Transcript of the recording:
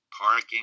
parking